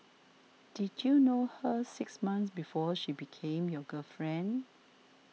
did you know her six months before she became your girlfriend